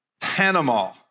Panama